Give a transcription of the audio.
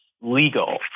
legal